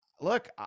Look